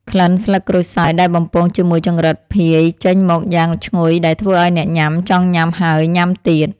ក្លិនស្លឹកក្រូចសើចដែលបំពងជាមួយចង្រិតភាយចេញមកយ៉ាងឈ្ងុយដែលធ្វើឱ្យអ្នកញ៉ាំចង់ញ៉ាំហើយញ៉ាំទៀត។